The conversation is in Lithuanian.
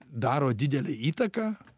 daro didelę įtaką